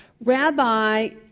Rabbi